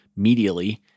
medially